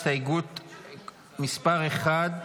הסתייגות מס' 1,